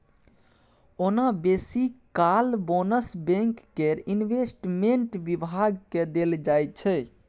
ओना बेसी काल बोनस बैंक केर इंवेस्टमेंट बिभाग केँ देल जाइ छै